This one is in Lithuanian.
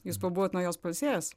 jūs pabuvot nuo jos pailsėjęs